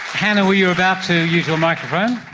hannah, were you about to use your microphone?